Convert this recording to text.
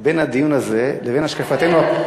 בין הדיון הזה לבין השקפתנו,